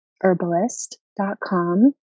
herbalist.com